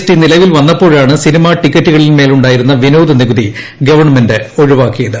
T നിലവിൽ വന്നപ്പോഴാണ് cinema ടിക്കറ്റുകളിന്മേലുണ്ടായിരുന്ന വിനോദനികുതി ഗവൺമെന്റ് ഒഴിവാക്കിയത്